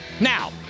Now